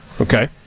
Okay